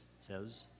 says